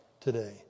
today